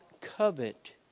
covet